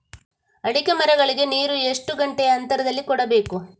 ಅಡಿಕೆ ಮರಗಳಿಗೆ ನೀರು ಎಷ್ಟು ಗಂಟೆಯ ಅಂತರದಲಿ ಕೊಡಬೇಕು?